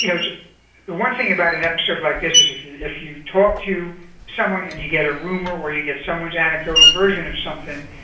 you know, the one thing about an episode like this is if you if you talk to someone and you get a rumor or you get someone's anecdotal version of something,